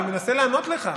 אני מנסה לענות לך.